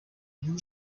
new